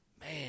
Man